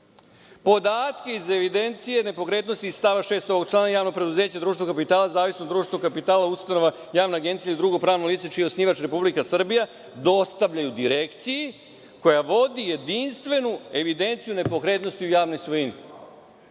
Podatke iz evidencije nepokretnosti stava 6. ovog člana – javno preduzeće, društvo kapitala, zavisno društvo kapitala, ustanova, javna agencija ili drugo pravno lice čiji je osnivač Republika Srbija dostavljaju agenciji koja vodi jedinstvenu evidenciju nepokretnosti o javnoj svojini.